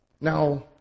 Now